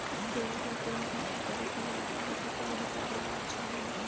पियाज ला कोन सा तरीका ले लगाबो ता बढ़िया पैदावार अच्छा होही?